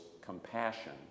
compassion